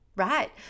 right